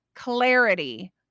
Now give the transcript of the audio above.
clarity